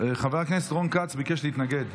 חבר הכנסת רון כץ ביקש להתנגד.